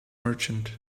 merchant